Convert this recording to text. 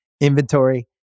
inventory